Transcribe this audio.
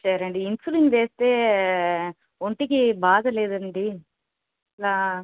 సరే అండి ఇన్సులిన్ వేస్తే ఒంటికి బాధ లేదాండి ఇలా